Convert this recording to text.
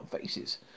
faces